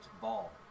ball